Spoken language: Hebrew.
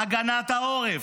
הגנת העורף.